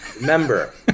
remember